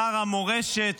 שר המורשת,